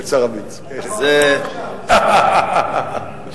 התחרות לא קשה.